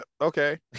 okay